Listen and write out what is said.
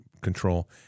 control